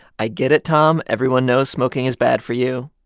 i get it, tom. everyone knows smoking is bad for you.